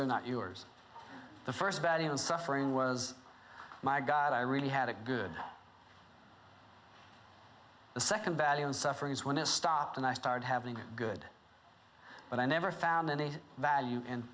they're not yours the first value in suffering was my god i really had a good the second value and suffering is when it stopped and i started having a good but i never found any value